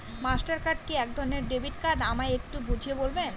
Master card কি একধরণের debit card আমায় একটু বুঝিয়ে বলবেন?